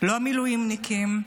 לא המילואימניקים,